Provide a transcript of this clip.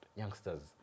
youngsters